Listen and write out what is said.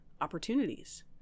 opportunities